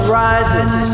rises